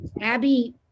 Abby